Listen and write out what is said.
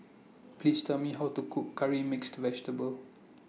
Please Tell Me How to Cook Curry Mixed Vegetable